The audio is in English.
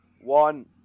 One